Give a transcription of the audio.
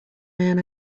man